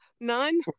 none